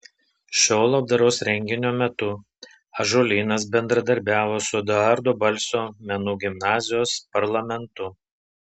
šio labdaros renginio metu ąžuolynas bendradarbiavo su eduardo balsio menų gimnazijos parlamentu